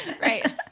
Right